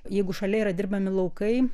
jeigu šalia yra dirbami laukai